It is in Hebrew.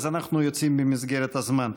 אנחנו יוצאים ממסגרת הזמן.